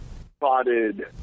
spotted